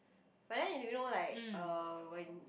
but then if you know like uh when